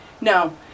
no